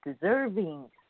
deserving